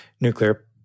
nuclear